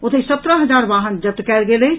ओतहि सत्रह हजार वाहन जब्त कयल गेल अछि